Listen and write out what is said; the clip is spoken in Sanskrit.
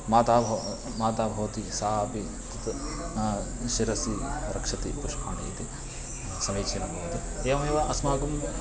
माता भवति माता भवति सा अपि तत् शिरसि रक्षति पुष्पाणि इति समीचीनं भवति एवमेव अस्माकं